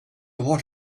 what